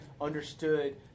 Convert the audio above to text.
understood